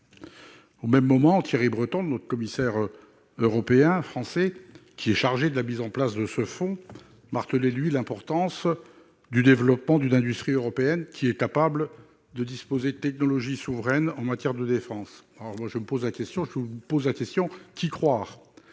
Au même moment, Thierry Breton, le commissaire européen français chargé de la mise en place de ce fonds, martelait pour sa part l'importance du développement d'une industrie européenne capable de disposer de technologies souveraines en matière de défense. Dès lors, qui croire ?